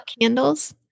candles